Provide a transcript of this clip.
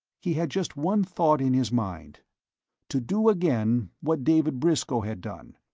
he had just one thought in his mind to do, again, what david briscoe had done,